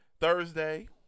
thursday